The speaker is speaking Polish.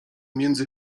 między